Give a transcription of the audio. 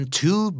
two